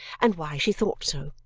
and why she thought so?